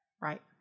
right